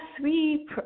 three